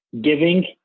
giving